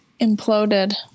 imploded